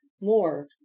more